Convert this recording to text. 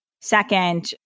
second